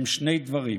הם שני דברים: